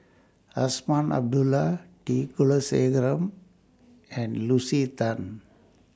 Azman Abdullah T Kulasekaram and Lucy Tan